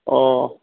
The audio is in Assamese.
অঁ